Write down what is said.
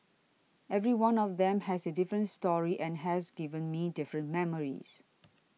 every one of them has a different story and has given me different memories